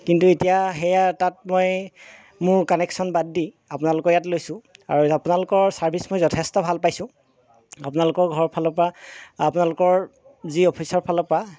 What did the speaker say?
কিন্তু এতিয়া সেয়া তাত মই মোৰ কানেকশ্যন বাদ দি আপোনালোকৰ ইয়াত লৈছো আৰু আপোনালোকৰ ছাৰ্ভিচ মই যথেষ্ট ভাল পাইছো আপোনালোকৰ ঘৰ ফালৰ পৰা আপোনালোকৰ যি অফিচৰ ফালৰ পা